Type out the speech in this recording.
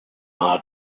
are